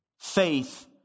Faith